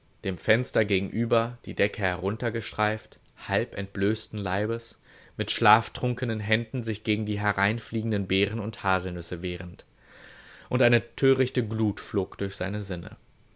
dem fenster gegenüber die decke heruntergestreift halb entblößten leibes mit schlaftrunknen händen sich gegen die hereinfliegenden beeren und haselnüsse wehrend und eine törichte glut flog durch seine sinne